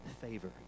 favor